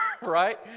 Right